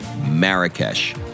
Marrakesh